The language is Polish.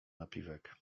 napiwek